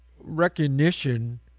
recognition